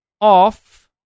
off